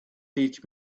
teach